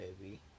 baby